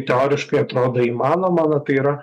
teoriškai atrodo įmanoma na tai yra